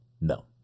no